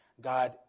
God